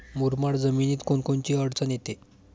मुरमाड जमीनीत कोनकोनची अडचन येते?